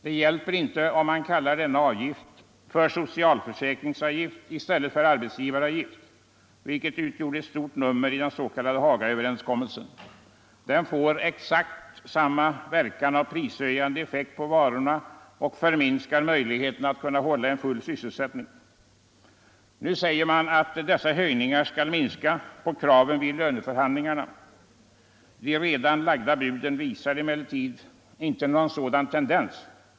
Det hjälper inte om man kallar denna avgift för socialförsäkringsavgift i stället för arbetsgivaravgift, vilket utgjorde ett stort nummer i den s.k. Hagaöverenskommelsen. Den får exakt samma verkan med prishöjande effekt på varorna och minskar möjligheterna att hålla en full sysselsättning. Nu säger man att dessa höjningar skall minska på kraven vid löneförhandlingarna. De redan lagda buden visar emellertid inte någon sådan tendens.